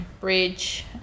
Bridge